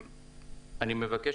אני מבקש,